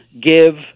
give